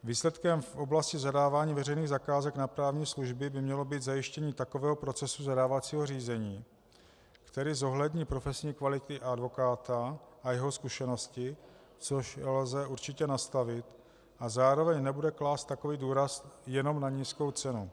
Výsledkem v oblasti zadávání veřejných zakázek na právní služby by mělo být zajištění takového procesu zadávacího řízení, který zohlední profesní kvality advokáta a jeho zkušenosti, což lze určitě nastavit, a zároveň nebude klást takový důraz jenom na nízkou cenu.